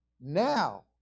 Now